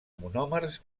monòmers